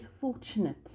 fortunate